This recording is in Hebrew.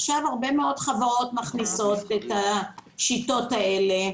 עכשיו הרבה מאוד חברות מכניסות את השיטות האלה.